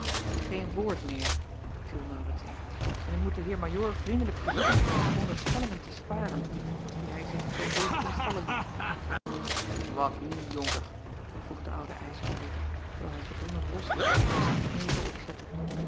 een woord meer viel aurits in en ik moet den eer ajoor vriendelijk verzoeken onderstellingen te sparen als die hij zich zoo even ontvallen liet at nu onker vroeg de oude ijzervreter terwijl hij erdrongen losliet en zijn knevel opzette